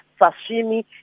sashimi